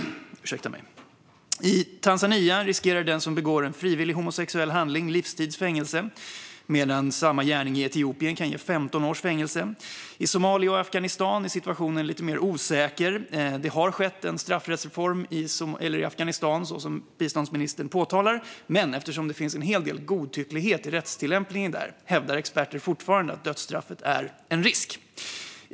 I Tanzania riskerar den som begår en frivillig homosexuell handling livstids fängelse, medan samma gärning i Etiopien kan ge 15 års fängelse. I Somalia och Afghanistan är situationen lite mer osäker. Det har skett en straffrättsreform i Afghanistan, så som biståndsministern påpekar, men eftersom det finns en hel del godtycklighet i rättstillämpningen där hävdar experter fortfarande att dödsstraffet är en risk.